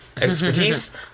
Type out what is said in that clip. expertise